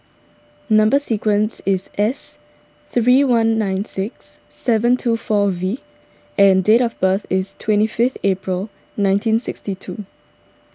Number Sequence is S three one nine six seven two four V and date of birth is twenty fifth April nineteen sixty two